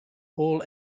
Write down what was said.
all